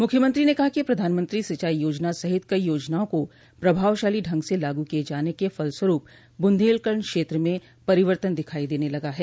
मुख्यमंत्री ने कहा कि प्रधानमंत्री सिंचाई योजना सहित कई योजनाओं को प्रभावशालो ढंग से लागू किए जाने को फलस्वरूप बुंदेलखंड क्षेत्र में परिवर्तन दिखाई देने लगा है